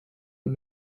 und